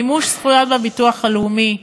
מימוש זכויות בביטוח הלאומי,